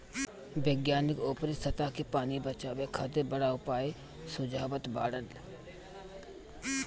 वैज्ञानिक ऊपरी सतह के पानी बचावे खातिर बड़ा उपाय सुझावत बाड़न